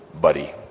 buddy